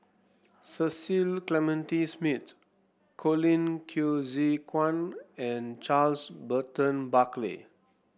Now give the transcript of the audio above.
Cecil Clementi Smith Colin Qi Zhe Quan and Charles Burton Buckley